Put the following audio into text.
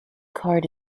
card